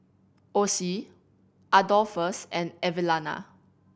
Ossie Adolphus and Evelena